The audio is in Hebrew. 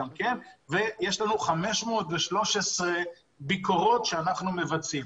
ויש לנו 513 ביקורות שאנחנו מבצעים.